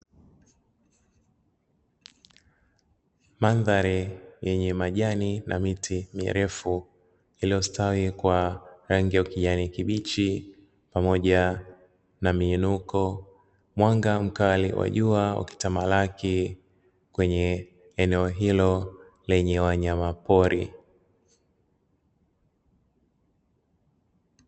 Mandhari yenye majani na miti mirefu iliyostawi kwa rangi ya kijani kibichi, pamoja na miinuko, mwanga mkali wa jua ukitamalaki kwenye eneo hilo lenye wanyamapori.